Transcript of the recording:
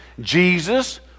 Jesus